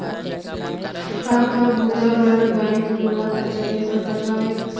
का का बुता बर बैंक मोला करजा दे सकत हवे?